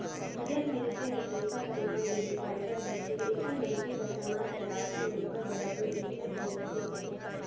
जेन मइनसे हर पइसा कर नांव ले डिफाल्टर होथे अइसन मइनसे कर समाज कर आघु में ओकर बरोबेर इज्जत नी रहि जाए